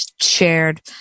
shared